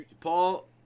Paul